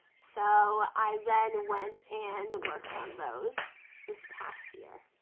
so i then went and worked on those this past year.